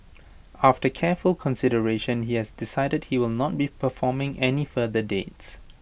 after careful consideration he has decided he will not be performing any further dates